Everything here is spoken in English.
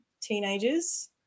teenagers